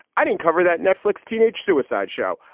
i didn't cover that netflix teenage suicide show.